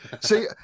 See